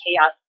chaos